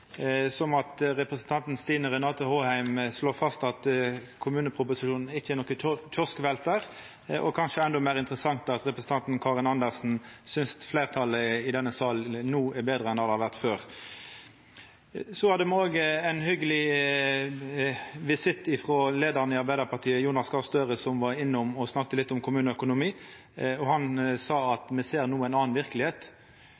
som at representanten Stine Renate Håheim slår fast at kommuneproposisjonen ikkje er nokon kioskveltar, og kanskje endå meir interessant at representanten Karin Andersen synest fleirtalet i denne salen no er betre enn det har vore før. Så hadde me òg ein hyggeleg visitt frå leiaren i Arbeidarpartiet, Jonas Gahr Støre, som var innom og snakka litt om kommuneøkonomi. Han sa